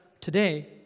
today